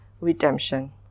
redemption